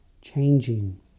changing